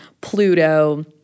Pluto